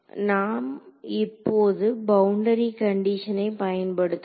நாம் இப்போது பவுண்டரி கண்டிஷனை பயன்படுத்துவோம்